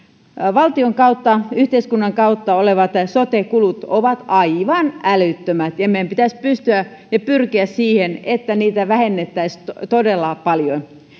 valtion kautta yhteiskunnan kautta olevat sote kulut ovat aivan älyttömät ja meidän pitäisi pystyä ja pyrkiä siihen että niitä vähennettäisiin todella paljon